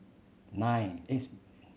nine